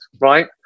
right